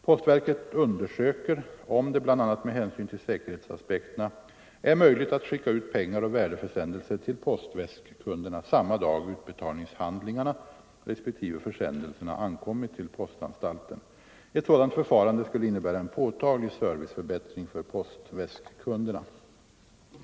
Postverket undersöker om det bl.a. med hänsyn till säkerhetsaspekterna är möjligt att skicka ut pengar och värdeförsändelser till postväskkunderna samma dag utbetalningshandlingarna respektive försändelserna ankommit till postanstalten. Ett sådant förfarande skulle innebära en påtaglig serviceförbättring för postväskkunderna.